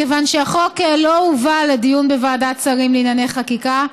מכיוון שהחוק לא הובא לדיון בוועדת שרים לענייני חקיקה.